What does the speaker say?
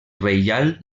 reial